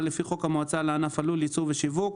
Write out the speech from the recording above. לפי חוק המועצה לענף הלול (ייצור ושיווק),